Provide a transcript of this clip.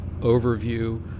overview